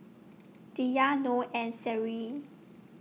Dhia Nor and Seri